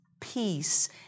peace